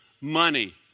money